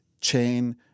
chain